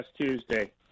Tuesday